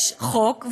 יש חוק,